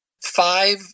five